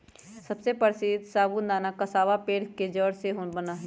सबसे प्रसीद्ध साबूदाना कसावा पेड़ के जड़ से बना हई